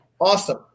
awesome